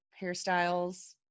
hairstyles